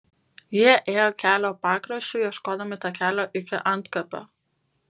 jie ėjo kelio pakraščiu ieškodami takelio iki antkapio